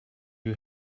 you